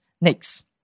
next